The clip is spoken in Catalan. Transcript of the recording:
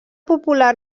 popular